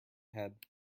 head